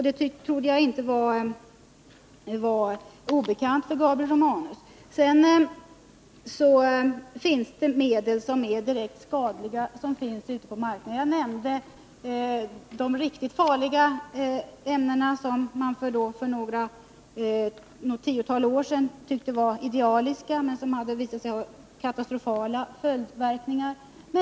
Det trodde jag inte var obekant för Gabriel Romanus. Det finns ute på marknaden medel som är direkt skadliga. Jag nämnde de riktigt farliga ämnena som man för något tiotal år sedan tyckte var idealiska men som visade sig ha katastrofala följdverkningar.